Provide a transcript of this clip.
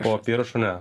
po apyrašo ne